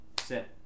sit